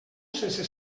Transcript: sense